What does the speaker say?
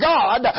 God